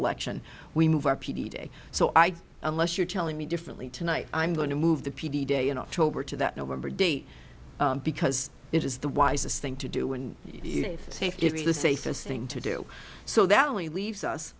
election we move our p d day so i unless you're telling me differently tonight i'm going to move the p d day in october to that november date because it is the wisest thing to do and if it is the safest thing to do so that only leaves us